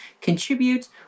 contribute